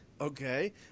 Okay